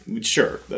Sure